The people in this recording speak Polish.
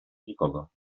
nikogo